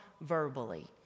verbally